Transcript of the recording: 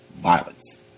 violence